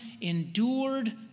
endured